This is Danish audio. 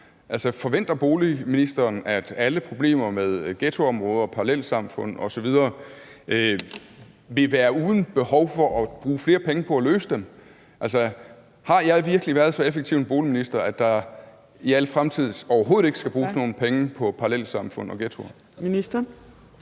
Forventer boligministeren, at alle problemer med ghettoområder og parallelsamfund osv. vil være løst, så der ikke er et behov for at bruge flere penge på dem? Altså, har jeg virkelig været så effektiv en boligminister, at der i al fremtid overhovedet ikke skal bruges nogen penge på parallelsamfund og ghettoer?